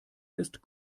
ist